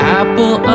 apple